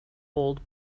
old